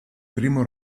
primo